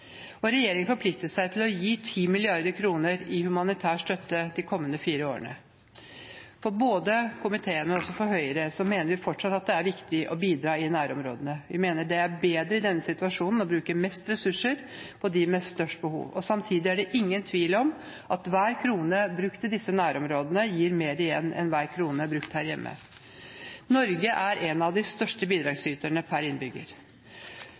husly. Regjeringen forpliktet seg til å gi 10 mrd. kr i humanitær støtte de kommende fire årene. Både komiteen og Høyre mener fortsatt at det er viktig å bidra i nærområdene. Vi mener det er bedre i denne situasjonen å bruke mest ressurser på dem med størst behov. Samtidig er det ingen tvil om at hver krone brukt i disse nærområdene gir mer igjen enn hver krone brukt her hjemme. Norge er en av de største bidragsyterne per innbygger.